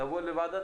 לבוא לוועדת